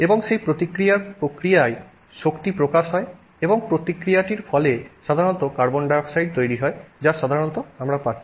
এবং সেই প্রতিক্রিয়ার প্রক্রিয়ায় শক্তি প্রকাশ হয় এবং প্রতিক্রিয়াটির ফলে সাধারণত কার্বন ডাই অক্সাইড তৈরি হয় যা সাধারণত আমরা পাচ্ছি